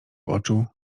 oczu